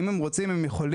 אם הם רוצים הם יכולים,